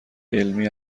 علمی